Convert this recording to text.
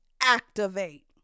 activate